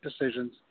decisions